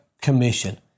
commission